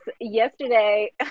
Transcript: yesterday